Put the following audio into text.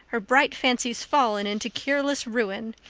her bright fancies fallen into cureless ruin.